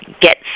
get